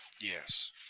Yes